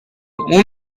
uno